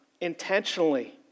intentionally